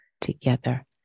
together